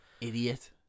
Idiot